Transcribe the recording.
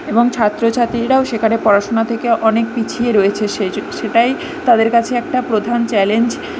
এবং ছাত্র ছাত্রীরাও সেখানে পড়াশোনা থেকে অনেক পিছিয়ে রয়েছে সেটাই তাদের কাছে একটা প্রধান চ্যালেঞ্জ